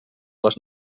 les